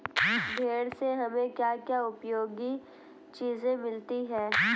भेड़ से हमें क्या क्या उपयोगी चीजें मिलती हैं?